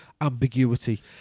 ambiguity